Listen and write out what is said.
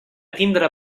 tindre